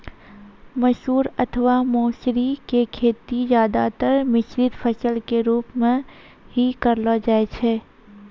मसूर अथवा मौसरी के खेती ज्यादातर मिश्रित फसल के रूप मॅ हीं करलो जाय छै